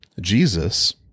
Jesus